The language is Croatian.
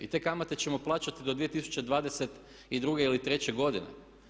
I te kamate ćemo plaćati do 2022. ili 2023. godine.